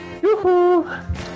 Woohoo